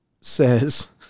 says